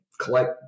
Collect